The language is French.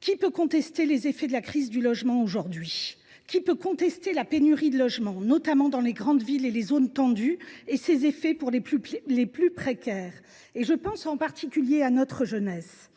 Qui peut contester les effets de la crise du logement aujourd’hui ? Qui peut nier la pénurie de logements, notamment dans les grandes villes et les zones tendues, et ses conséquences pour les plus précaires ? Je pense en particulier à notre jeunesse.